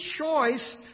choice